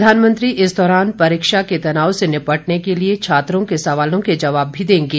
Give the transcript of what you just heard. प्रधानमंत्री इस दौरान परीक्षा के तनाव से निपटने के लिए छात्रों के सवालों के जवाब भी देंगे